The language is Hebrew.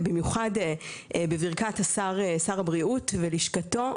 במיוחד בברכת שר הבריאות ולשכתו,